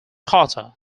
carter